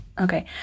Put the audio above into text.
Okay